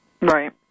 Right